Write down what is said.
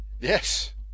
Yes